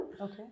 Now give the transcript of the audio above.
Okay